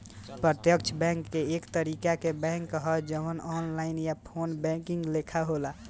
प्रत्यक्ष बैंक एक तरीका के बैंक ह जवन ऑनलाइन या फ़ोन बैंकिंग लेखा होला